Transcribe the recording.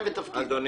אדוני.